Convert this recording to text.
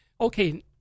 Okay